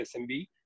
SMB